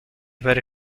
very